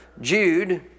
Jude